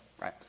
right